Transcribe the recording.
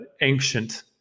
ancient